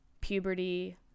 puberty